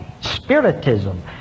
spiritism